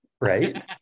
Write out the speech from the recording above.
right